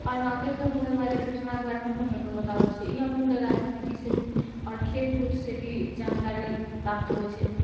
और आगे के होइ वला घटना के बारे मे भी हमरालोग के बताबै छै ई हमलोग के राजनीती से भी आओर खेल कूद से भी जानकारी प्राप्त होइ छै